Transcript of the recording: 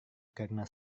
karena